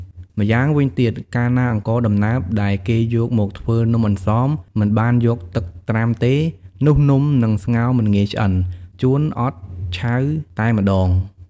ម្យ៉ាងវិញទៀតកាលណាអង្ករដំណើបដែលគេយកមកធ្វើនំអន្សមមិនបានយកទឹកត្រាំទេ នោះនំហ្នឹងស្ងោរមិនងាយឆ្អិន ជួនអត់ឆៅតែម្តង។